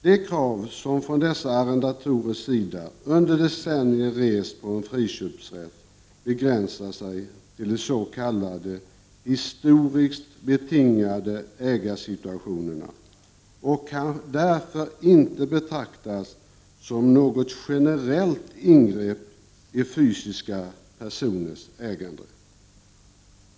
De krav som från dessa arrendatorers sida under decennier rests på en friköpsrätt begränsar sig till de s.k. historiskt betingade ägaresituationerna och kan därför inte betraktas som något generellt ingrepp i fysiska personers äganderätt.